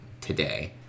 today